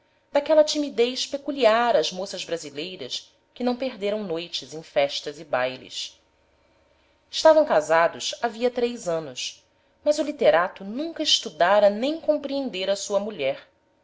daquela timidez peculiar às moças brasileiras que não perderam noites em festas e bailes estavam casados havia três anos mas o literato nunca estudara nem compreendera sua mulher